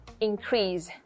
increase